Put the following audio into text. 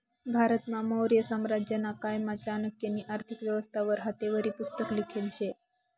भारतमा मौर्य साम्राज्यना कायमा चाणक्यनी आर्थिक व्यवस्था वर हातेवरी पुस्तक लिखेल शे